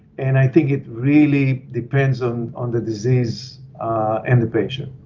and i think it really depends on on the disease and the patient.